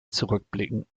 zurückblicken